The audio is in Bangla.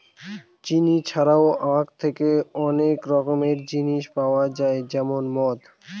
চিনি ছাড়াও আঁখ থেকে অনেক রকমের জিনিস পাওয়া যায় যেমন মদ